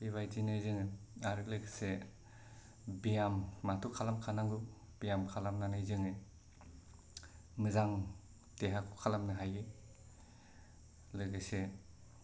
बेबायदिनो जों आरो लोगोसे ब्यामाथ' खालामखानांगौ ब्याम खालामनानै जों मोजां देहाखौ खालामनो हायो लोगोसे